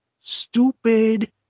stupid